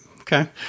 Okay